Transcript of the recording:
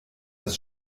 das